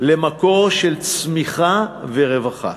למקור של צמיחה ורווחה